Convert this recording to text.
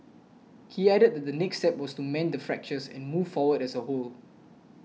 he added that the next step was to mend the fractures and move forward as a whole